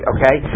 Okay